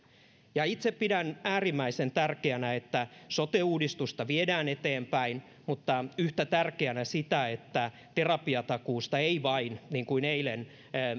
itse pidän äärimmäisen tärkeänä että sote uudistusta viedään eteenpäin mutta yhtä tärkeänä sitä että terapiatakuusta ei vain puhuta kauniisti niin kuin eilen